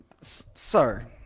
sir